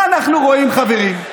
מה אנחנו רואים, חברים?